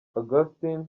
augustin